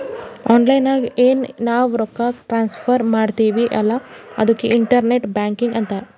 online ನಾಗ್ ಎನ್ ನಾವ್ ರೊಕ್ಕಾ ಟ್ರಾನ್ಸಫರ್ ಮಾಡ್ತಿವಿ ಅಲ್ಲಾ ಅದುಕ್ಕೆ ಇಂಟರ್ನೆಟ್ ಬ್ಯಾಂಕಿಂಗ್ ಅಂತಾರ್